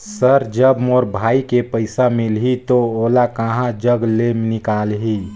Sir जब मोर भाई के पइसा मिलही तो ओला कहा जग ले निकालिही?